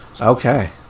Okay